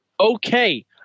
okay